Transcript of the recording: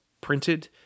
printed